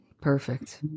Perfect